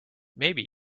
maybe